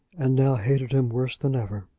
and now hated him worse than ever.